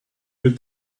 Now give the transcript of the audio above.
but